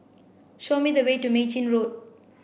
show me the way to Mei Chin Road